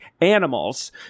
animals